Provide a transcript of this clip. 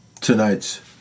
tonight's